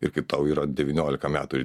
ir kai tau yra devyniolika metų